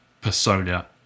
persona